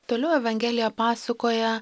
toliau evangelija pasakoja